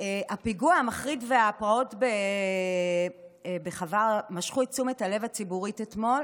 הפיגוע המחריד והפרעות בחווארה משכו את תשומת הלב הציבורית אתמול,